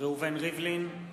ראובן ריבלין,